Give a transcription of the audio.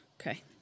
Okay